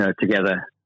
together